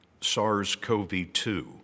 SARS-CoV-2